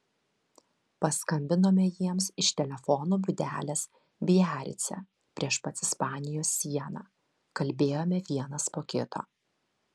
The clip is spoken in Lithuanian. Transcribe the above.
paskambinome jiems iš telefono būdelės biarice prieš pat ispanijos sieną kalbėjome vienas po kito